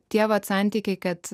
tie vat santykiai kad